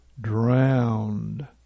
drowned